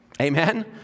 Amen